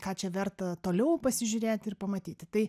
ką čia verta toliau pasižiūrėt ir pamatyti tai